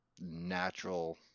natural